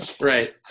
right